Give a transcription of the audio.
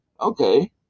Okay